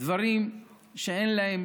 דברים שאין להם